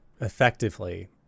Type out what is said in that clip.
effectively